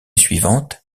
suivante